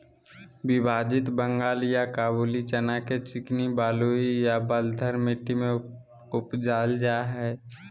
विभाजित बंगाल या काबूली चना के चिकनी बलुई या बलथर मट्टी में उपजाल जाय हइ